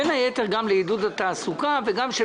בין היתר גם לעידוד התעסוקה וגם כדי